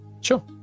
Sure